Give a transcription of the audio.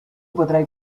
potrai